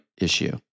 issue